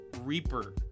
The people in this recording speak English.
reaper